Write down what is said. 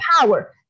power